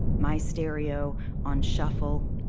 my stereo on shuffle.